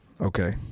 Okay